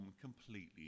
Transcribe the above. completely